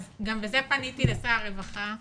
גם בזה פניתי לשר הרווחה.